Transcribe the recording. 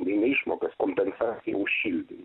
neišmokas kompensaciją už šildymą